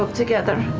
um together.